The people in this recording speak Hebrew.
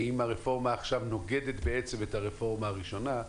האם הרפורמה עכשיו נוגדת בעצם את הרפורמה הראשונה,